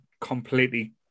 completely